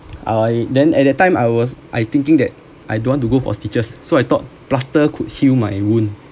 I then at that time I was I thinking that I don't want to go for stitches so I thought plaster could heal my wound